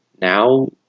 Now